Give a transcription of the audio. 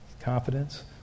confidence